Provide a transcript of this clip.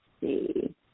see